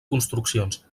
construccions